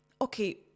okay